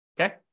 Okay